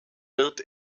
wird